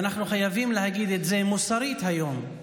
ואנחנו חייבים להגיד את זה מוסרית היום.